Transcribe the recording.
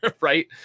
right